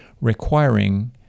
requiring